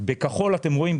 בכחול אתם רואים,